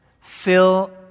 Fill